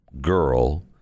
girl